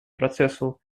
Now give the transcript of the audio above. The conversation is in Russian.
процессу